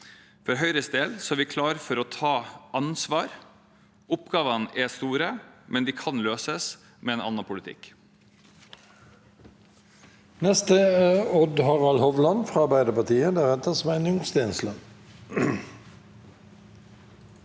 For Høyres del er vi klare til å ta ansvar. Oppgavene er store, men de kan løses med en annen politikk.